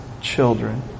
children